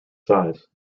size